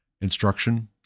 instruction